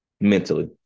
Mentally